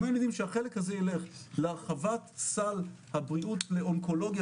לו היינו יודעים שהחלק הזה ילך להרחבת סל הבריאות לאונקולוגיה